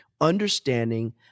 understanding